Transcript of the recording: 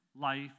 life